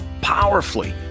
powerfully